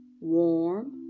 warm